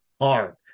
hard